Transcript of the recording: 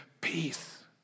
peace